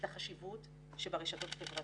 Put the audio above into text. החשיבות שברשתות החברתיות.